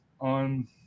on